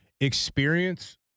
experience